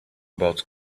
about